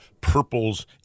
purples